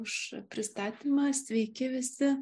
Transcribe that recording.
už pristatymą sveiki visi